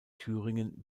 thüringen